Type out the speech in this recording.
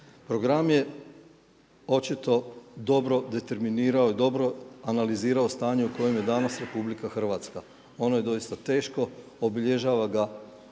Program je očito dobro determinirao i dobro analizirao stanje u kojem je danas Republika Hrvatska. Ono je doista teško. Obilježava ga